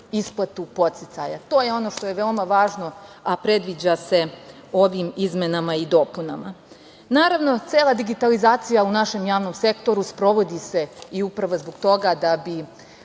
isplatu podsticaja. To je ono što je veoma važno, a predviđa se ovim izmenama i dopunama. Naravno, cela digitalizacija u našem javnom sektoru sprovodi se i upravo zbog toga da bi